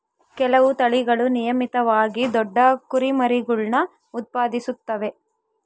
ಕೆಲವು ತಳಿಗಳು ನಿಯಮಿತವಾಗಿ ದೊಡ್ಡ ಕುರಿಮರಿಗುಳ್ನ ಉತ್ಪಾದಿಸುತ್ತವೆ